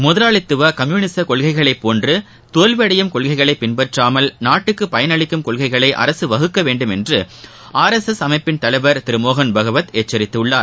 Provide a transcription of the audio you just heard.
முதலாளித்துவ கம்யூனிச கொள்கைகளை போன்று தோல்வி அடையும் கொள்கைகளை பின்பற்றாமல் நாட்டுக்கு பயனளிக்கும் கொள்கைகளை அரசு வகுக்கவேண்டும் என்று ஆர் எஸ் எஸ் அமைப்பின் தலைவர் திரு மோகன் பகவத் எச்சரித்துள்ளார்